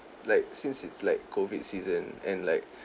like since it's like COVID season and like